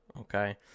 okay